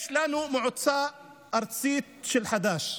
בהתנהלות שלה, יש לנו מועצה ארצית של חד"ש,